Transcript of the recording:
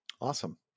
Awesome